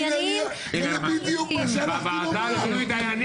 בדיוק מה שהלכתי לומר.